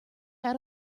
out